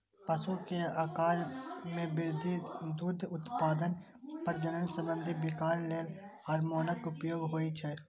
पशु के आाकार मे वृद्धि, दुग्ध उत्पादन, प्रजनन संबंधी विकार लेल हार्मोनक उपयोग होइ छै